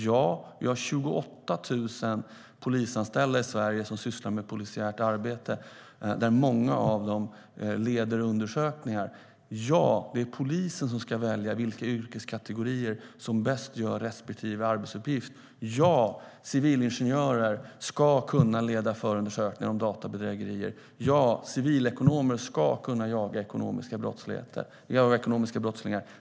Ja, vi har 28 000 polisanställda i Sverige som sysslar med polisiärt arbete, och många av dem leder undersökningar. Ja, det är polisen som ska välja vilka yrkeskategorier som bäst gör respektive arbetsuppgift. Ja, civilingenjörer ska kunna leda förundersökningar om databedrägerier. Och ja, civilekonomer ska kunna jaga ekonomiska brottslingar.